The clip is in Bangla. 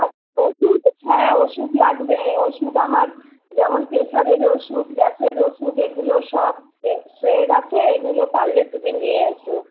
আর ওষুধ হ্যাঁ ওষুধ লাগবে ওষুধ আমার যেমন প্রেসারের ওষুধ গ্যাসের ওষুধ এগুলো সব শেষ হয়ে গেছে এগুলো পারলে তুমি নিয়ে এসো